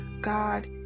God